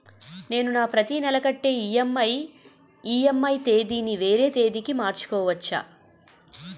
నేను నా ప్రతి నెల కట్టే ఈ.ఎం.ఐ ఈ.ఎం.ఐ తేదీ ని వేరే తేదీ కి మార్చుకోవచ్చా?